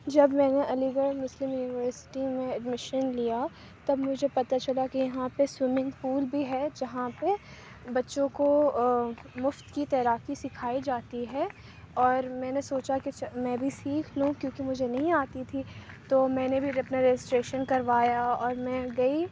جب میں نے علی گڑھ مسلم یونیورسٹی میں ایڈمیشن لیا تب مجھے پتہ چلا کہ یہاں پہ سوئمنگ پول بھی ہے جہاں پہ بچوں کو مُفت کی تیراکی سکھائی جاتی ہے اور میں نے سوچا کہ میں بھی سیکھ لوں کیونکہ مجھے نہیں آتی تھی تو میں نے بھی اپنا رجسٹریشن کروایا اور میں گئی